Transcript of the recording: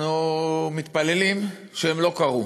אנחנו מתפללים שהם לא קרו,